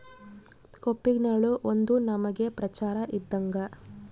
ಕೋಪಿನ್ಗಳು ಒಂದು ನಮನೆ ಪ್ರಚಾರ ಇದ್ದಂಗ